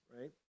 right